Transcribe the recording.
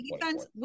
defense